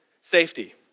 safety